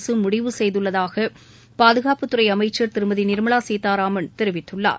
அரசு முடிவு ச செய்துள்ளதாக பாதுகாப்பு ச துறை அமைச்சர் திருமதி நிர்மலா சீதாராமன் தெரிவித்துள்ளார்